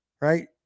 right